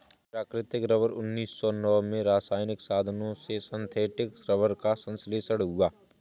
प्राकृतिक रबर उन्नीस सौ नौ में रासायनिक साधनों से सिंथेटिक रबर का संश्लेषण हुआ